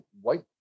white